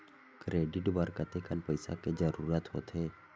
Credit बर कतेकन पईसा के जरूरत होथे?